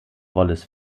wallace